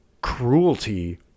cruelty